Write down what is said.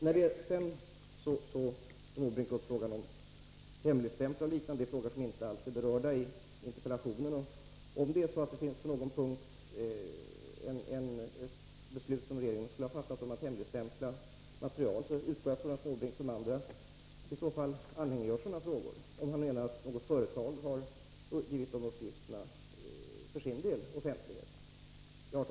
Måndagen den Bertil Måbrink tog också upp frågan om hemligstämpling och liknande. 21 november 1983 Det är frågor som inte alls är berörda i interpellationen. Om Bertil Måbrink menar att beslut som regeringen skulle ha fattat om att hemligstämpla Om skärpt lagstift material på någon punkt skulle vara felaktiga, eftersom företagen för sin del ning mot investeoffentliggjort de aktuella uppgifterna, utgår jag från att Bertil Måbrink ringar i Sydafrika anhängiggör sådana frågor.